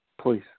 please